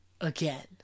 Again